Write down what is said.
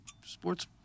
sports